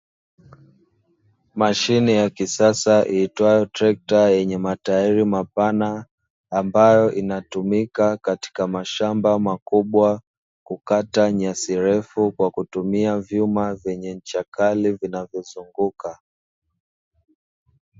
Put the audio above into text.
Mashine ya kisasa iitwayo trekta yenye matairi mapana, ambayo inatumika katika mashamba makubwa kukata nyasi refu kwa kutumia vyuma vya ncha kali vinavyozunguka.